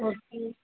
okay